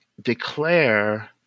declare